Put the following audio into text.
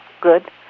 good